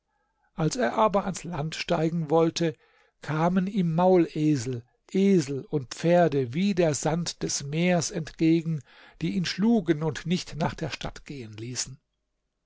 als er aber ans land steigen wollte kamen ihm maulesel esel und pferde wie der sand des meers entgegen die ihn schlugen und nicht nach der stadt gehen ließen